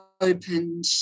opened